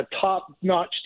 top-notch